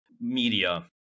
media